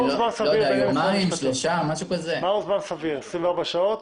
24 שעות?